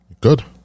Good